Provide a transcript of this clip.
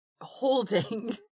holding